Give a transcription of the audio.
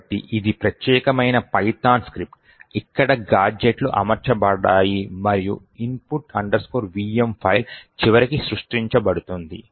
కాబట్టి ఇది ప్రత్యేకమైన python స్క్రిప్ట్ ఇక్కడ గాడ్జెట్లు అమర్చబడ్డాయి మరియు input vm ఫైల్ చివరికి సృష్టించబడుతుంది